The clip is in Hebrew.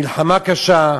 מלחמה קשה,